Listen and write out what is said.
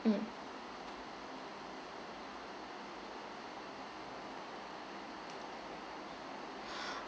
mm